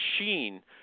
machine